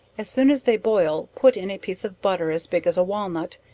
as soon as they boil put in a piece of butter as big as a walnut,